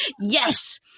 Yes